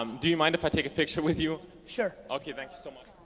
um do you mind if i take a picture with you? sure. okay, thank you so much.